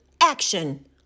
action